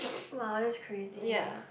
!wow! that's crazy